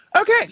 okay